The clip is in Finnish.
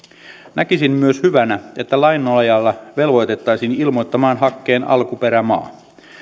näkisin myös hyvänä että lain nojalla velvoitettaisiin ilmoittamaan hakkeen alkuperämaa